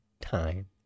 time